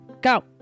Go